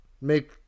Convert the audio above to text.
make